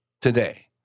today